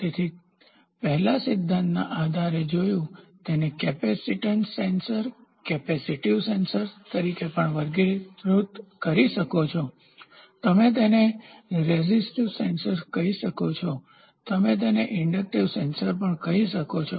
તેથી તે પહેલાં સિદ્ધાંતના આધારે જોયું તેને કેપેસિટીન્સ સેન્સર કેપેસિટીવ સેન્સર તરીકે પણ વર્ગીકૃત કરી શકો છો તમે તેને રેઝિટિવ સેન્સર કહી શકો છો અને તમે તેને ઈન્ડકટીવ સેન્સર પણ કહી શકો છો